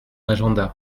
agenda